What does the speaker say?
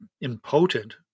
impotent